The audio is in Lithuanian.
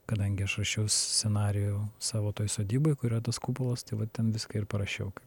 kadangi aš rašiau scenarijų savo toj sodyboj kur yra tas kupolas tai va ten viską ir parašiau